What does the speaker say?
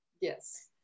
yes